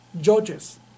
judges